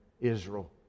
Israel